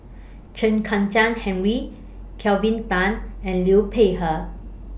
Chen Kezhan Henri Kelvin Tan and Liu Peihe